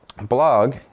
blog